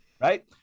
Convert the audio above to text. Right